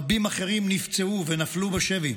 רבים אחרים נפצעו ונפלו בשבי.